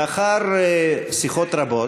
לאחר שיחות רבות